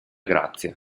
grazie